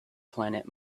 planet